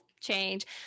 change